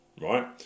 right